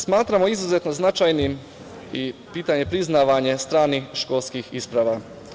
Smatramo izuzetno značajnim i pitanje priznavanja stranih školskih isprava.